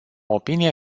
opinie